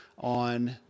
on